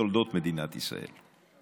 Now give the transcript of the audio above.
בתולדות מדינת ישראל.